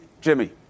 Jimmy